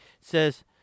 says